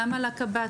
גם על הקב"טים,